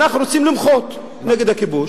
אנחנו רוצים למחות נגד הכיבוש,